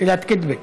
שאלת קיטבג?